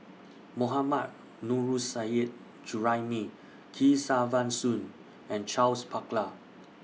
Mohammad Nurrasyid Juraimi Kesavan Soon and Charles Paglar